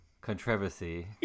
controversy